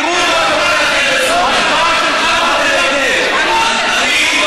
תראו מה קורה לכם בסוריה, שמעתם היטב.